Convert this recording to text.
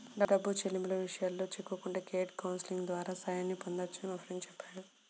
డబ్బు చెల్లింపుల విషయాల్లో చిక్కుకుంటే క్రెడిట్ కౌన్సిలింగ్ ద్వారా సాయాన్ని పొందొచ్చని మా ఫ్రెండు చెప్పాడు